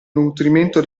nutrimento